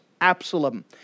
Absalom